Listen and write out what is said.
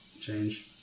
change